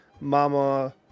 Mama